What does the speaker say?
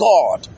God